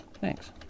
Thanks